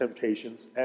temptations